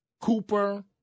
Cooper